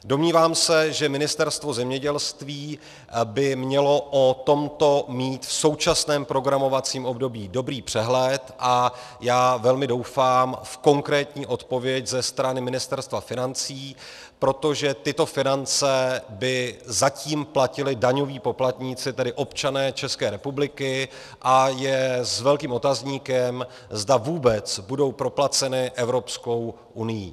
Domnívám se, že Ministerstvo zemědělství by mělo o tomto mít v současném programovacím období dobrý přehled, a velmi doufám v konkrétní odpověď ze strany Ministerstva financí, protože tyto finance by zatím platili daňoví poplatníci, tedy občané České republiky, a je s velkým otazníkem, zda vůbec budou proplaceny Evropskou unií.